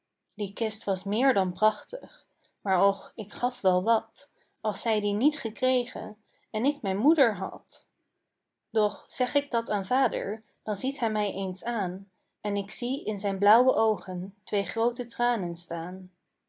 die kist was meer dan prachtig maar och ik gaf wel wat als zij die niet gekregen en ik mijn moeder had doch zeg ik dat aan vader dan ziet hij mij eens aan en k zie in zijn blauwe oogen twee groote tranen staan